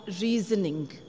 reasoning